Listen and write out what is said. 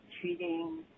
treating